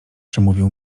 przemówił